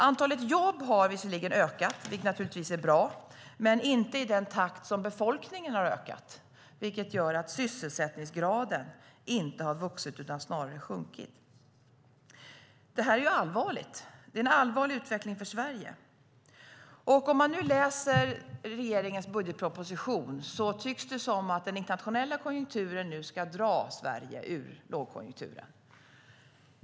Antalet jobb har visserligen ökat, vilket naturligtvis är bra, men inte i den takt som befolkningen har ökat. Det gör att sysselsättningsgraden inte har stigit utan snarare sjunkit. Det är en allvarlig utveckling för Sverige. När man läser regeringens budgetproposition tycks det som att den internationella konjunkturen nu ska dra Sverige ur lågkonjunkturen.